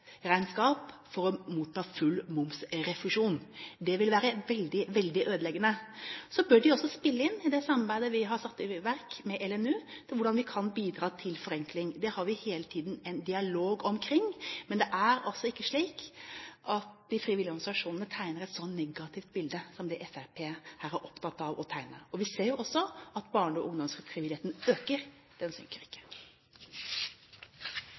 for å motta full momsrefusjon. Det vil være veldig, veldig ødeleggende. Så bør de også spille inn i det samarbeidet vi har satt i verk med LNU, hvordan vi kan bidra til forenkling. Det har vi hele tiden en dialog omkring. Men det er altså ikke slik at de frivillige organisasjonene tegner et så negativt bilde som det Fremskrittspartiet her er opptatt av å tegne. Vi ser også at barne- og ungdomsfrivilligheten øker, den synker ikke.